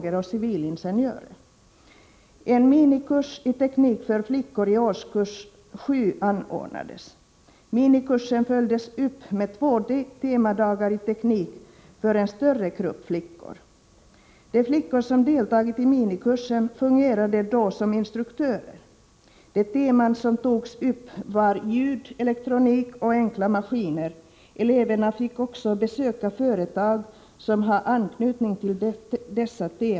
En minikurs i teknik för flickor i årskurs 7 anordnades. Minikursen följdes upp med två temadagar i teknik för en större grupp flickor. De flickor som deltagit i minikursen fungerade då som instruktörer. De teman som togs upp var ljud, elektronik och enkla maskiner. Eleverna fick också besöka företag som har anknytning till dessa teman.